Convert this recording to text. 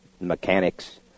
mechanics